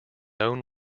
own